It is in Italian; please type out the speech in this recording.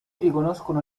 riconoscono